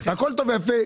הכול טוב ויפה,